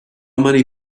many